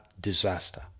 disaster